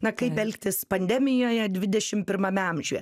na kaip elgtis pandemijoje dvidešimt pirmame amžiuje